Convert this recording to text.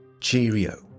Cheerio